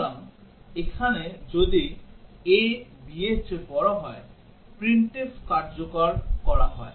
সুতরাং এখানে যদি a b এর চেয়ে বড় হয় printf কার্যকর করা হয়